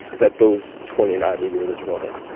is that those twenty and odd negroes, as you called them.